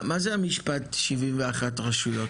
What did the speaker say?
מה זה המשפט 71 רשויות?